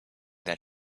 that